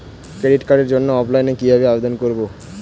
Credit কার্ডের জন্য অফলাইনে কিভাবে আবেদন করব?